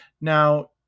Now